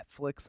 Netflix